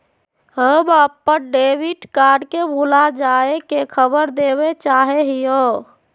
हम अप्पन debit card के भुला जाये के खबर देवे चाहे हियो